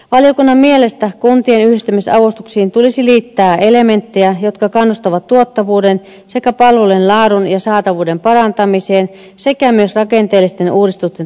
valiokunnan mielestä kuntien yhdistymis avustuksiin tulisi liittää elementtejä jotka kannustavat tuottavuuden sekä palvelujen laadun ja saatavuuden parantamiseen sekä myös rakenteellisten uudistusten toteuttamiseen